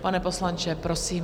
Pane poslanče, prosím.